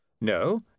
No